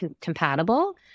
compatible